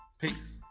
peace